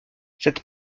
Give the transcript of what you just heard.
cette